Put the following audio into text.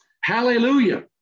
Hallelujah